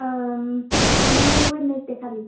थांनाय वेटनेसदे खालि